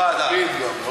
לפיד גם.